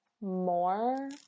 more